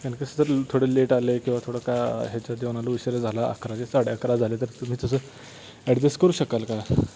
कारण कसं जर थोडे लेट आले किंवा थोडं काय ह्याच्या जेवणाला उशीर झाला अकराचे साडे अकरा झाले तर तुम्ही तसं ॲडजेस्ट करू शकाल का